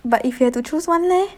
but if you have to choose one leh